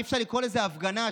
אי-אפשר לקרוא לזה הפגנה,